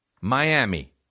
miami